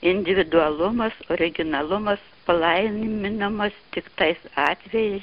individualumas originalumas palaiminamas tik tais atvejais